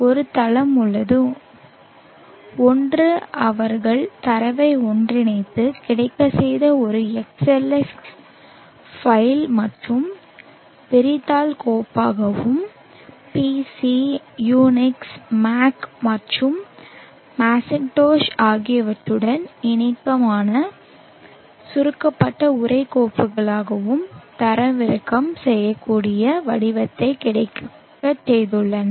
ஒரு தளம் உள்ளது ஒன்று அவர்கள் தரவை ஒன்றிணைத்து கிடைக்கச் செய்த ஒரு xlx file மற்றும் விரிதாள் கோப்பாகவும் PC UNIX Mac மற்றும் Macintosh ஆகியவற்றுடன் இணக்கமான சுருக்கப்பட்ட உரை கோப்புகளாகவும் தரவிறக்கம் செய்யக்கூடிய வடிவத்தை கிடைக்கச் செய்துள்ளன